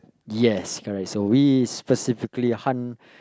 yes correct so we specifically hunt